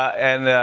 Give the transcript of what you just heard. and,